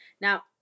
Now